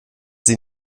sie